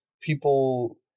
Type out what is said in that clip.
people